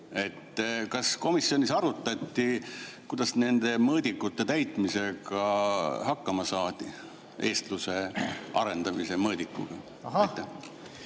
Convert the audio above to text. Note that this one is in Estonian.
Kas komisjonis arutati, kuidas nende mõõdikute täitmisega hakkama saadi, eestluse arendamise mõõdikuga?